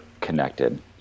connected